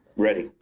ready.